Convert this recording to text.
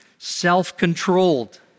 Self-controlled